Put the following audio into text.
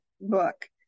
book